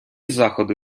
заходи